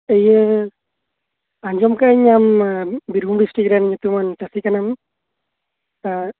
ᱤᱧ ᱟᱸᱡᱚᱢᱟᱠᱟᱫᱟᱹᱧ ᱟᱢ ᱵᱤᱨᱵᱸᱩᱢ ᱰᱤᱥᱴᱨᱤᱠᱴ ᱨᱮᱱ ᱧᱩᱛᱩᱢᱟᱱ ᱪᱟᱥᱤ ᱠᱟᱱᱟᱢ ᱟᱨ